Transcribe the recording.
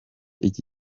iki